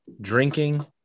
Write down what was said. drinking